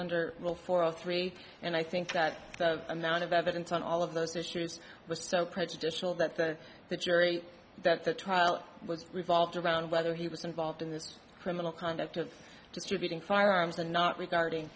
under rule four zero three and i think that the amount of evidence on all of those issues was so prejudicial that the jury that the trial was revolved around whether he was involved in this criminal conduct of distributing firearms and not regarding